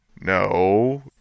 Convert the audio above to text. No